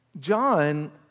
John